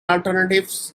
alternatives